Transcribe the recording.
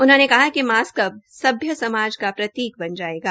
उन्होंने कहा कि मास्क अब सभ्य समाज का प्रतीक बन जायेगा